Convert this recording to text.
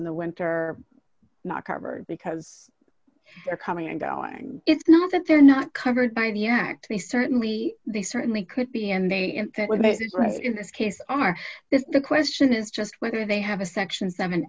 in the winter not covered because they're coming and going it's not that they're not covered by the act they certainly they certainly could be and they in that with a cigarette in this case are this the question is just whether they have a section seven